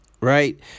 Right